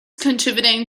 contributing